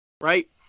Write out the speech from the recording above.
right